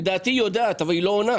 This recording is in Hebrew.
לדעתי היא יודעת, אבל היא לא עונה.